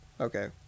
Okay